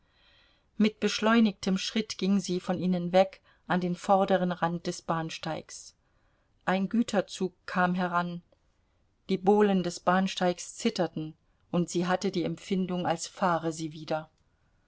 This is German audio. mit beschleunigtem schritt ging sie von ihnen weg an den vorderen rand des bahnsteigs ein güterzug kam heran die bohlen des bahnsteigs zitterten und sie hatte die empfindung als fahre sie wieder